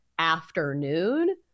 afternoon